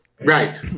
right